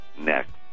next